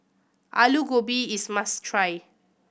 Aloo Gobi is must try